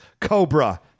cobra